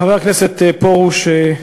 חבר הכנסת פרוש,